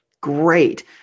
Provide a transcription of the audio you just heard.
great